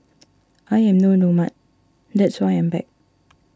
I am no nomad that's why I am back